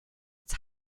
its